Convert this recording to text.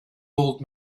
old